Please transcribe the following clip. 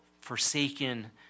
forsaken